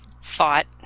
fought